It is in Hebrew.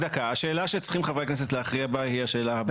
השאלה שחברי הכנסת צריכים להכריע בה היא השאלה הבאה.